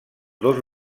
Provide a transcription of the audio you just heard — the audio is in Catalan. dos